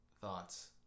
thoughts